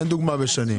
תן דוגמה בשנים,